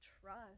trust